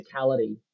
physicality